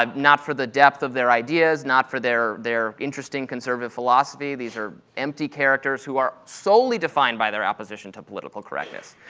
um not for the depth of their ideas, not for their their interesting conservative philosophy. these are empty characters who are solely defined by their opposition to political correctness.